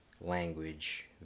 language